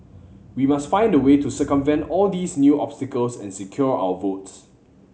we must find a way to circumvent all these new obstacles and secure our votes